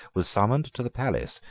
was summoned to the palace,